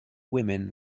women